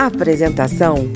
Apresentação